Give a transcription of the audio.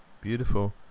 beautiful